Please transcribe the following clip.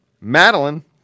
Madeline